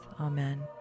Amen